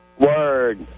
Word